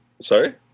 Sorry